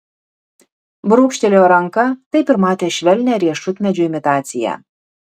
brūkštelėjo ranka taip ir matė švelnią riešutmedžio imitaciją